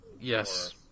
Yes